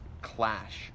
clash